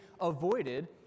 avoided